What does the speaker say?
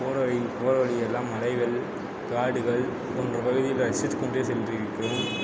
போகற வழி போகற வழியெல்லாம் மலைகள் காடுகள் போன்ற பகுதிகளை ரசித்துக்கொண்டே சென்றிருக்கிறோம்